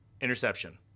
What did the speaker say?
interception